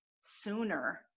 sooner